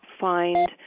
find